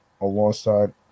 alongside